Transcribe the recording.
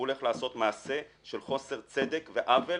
הוא הולך לעשות מעשה של חוסר צדק ועוול